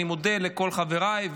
אני מודה לכל חבריי,